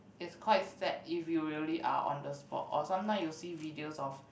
is quite sad if you really are on the spot or sometime you see videos of